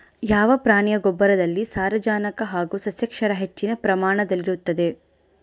ಯಾವ ಪ್ರಾಣಿಯ ಗೊಬ್ಬರದಲ್ಲಿ ಸಾರಜನಕ ಹಾಗೂ ಸಸ್ಯಕ್ಷಾರ ಹೆಚ್ಚಿನ ಪ್ರಮಾಣದಲ್ಲಿರುತ್ತದೆ?